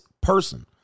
person